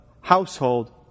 household